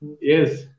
Yes